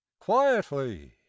quietly